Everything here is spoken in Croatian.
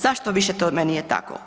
Zašto više tome nije tako?